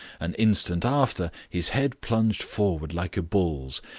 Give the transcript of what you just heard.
an instant after his head plunged forward like a bull's,